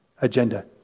agenda